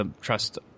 trust